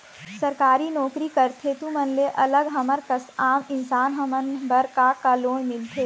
सरकारी नोकरी करथे तुमन ले अलग हमर कस आम इंसान हमन बर का का लोन मिलथे?